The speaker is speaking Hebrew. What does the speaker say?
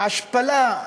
ההשפלה,